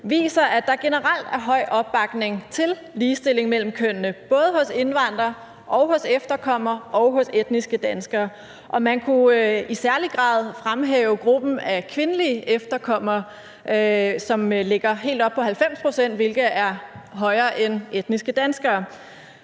viser, at der generelt er høj opbakning til ligestilling mellem kønnene, både hos indvandrere og hos efterkommere og hos etniske danskere. Man kunne i særlig grad fremhæve gruppen af kvindelige efterkommere, som ligger helt oppe på 90 pct., hvilket er højere end etniske danskere.